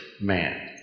man